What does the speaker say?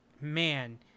man